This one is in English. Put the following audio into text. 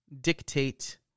dictate